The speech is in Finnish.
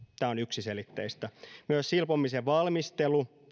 tämä on yksiselitteistä myös silpomisen valmistelu